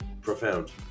Profound